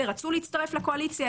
אלה רצו להצטרף לקואליציה,